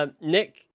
Nick